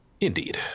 Indeed